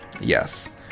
Yes